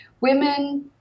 women